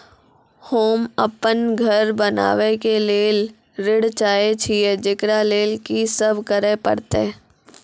होम अपन घर बनाबै के लेल ऋण चाहे छिये, जेकरा लेल कि सब करें परतै?